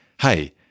hey